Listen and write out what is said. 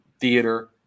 theater